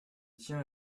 tiens